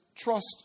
trust